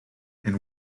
and